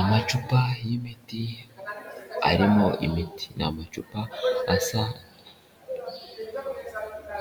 Amacupa y'imiti arimo imiti, ni amacupa asa